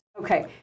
okay